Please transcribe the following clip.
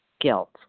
guilt